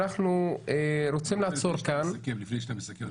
אנחנו רוצים לעצור כאן -- לפני שאתה מסכם,